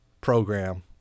program